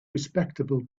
respectable